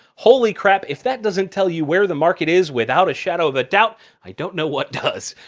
holy crap if that doesn't tell you where the market is without a shadow of a doubt i don't know what does